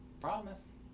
Promise